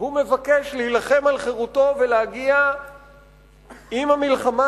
והוא מבקש להילחם על חירותו ולהגיע עם המלחמה